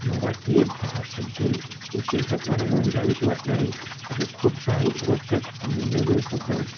मराठी भाषेतील विशेषत्वाने नोंद घ्यावीशी वाटणारे असे खूप काही रोचक आणि वेगवेगळे शद्ब आहेत